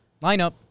Lineup